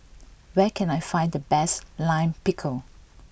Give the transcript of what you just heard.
where can I find the best Lime Pickle